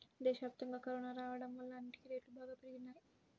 దేశవ్యాప్తంగా కరోనా రాడం వల్ల అన్నిటికీ రేట్లు బాగా పెరిగిపోయినియ్యి